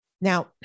Now